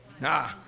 Nah